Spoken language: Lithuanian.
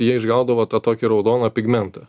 jie išgaudavo tą tokį raudoną pigmentą